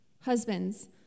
Husbands